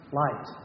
light